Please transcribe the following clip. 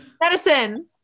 Medicine